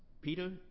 Peter